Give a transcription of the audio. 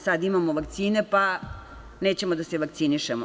Sad imamo vakcine pa nećemo da se vakcinišemo.